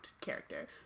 character